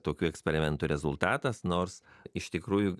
tokių eksperimentų rezultatas nors iš tikrųjų